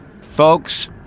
Folks